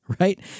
right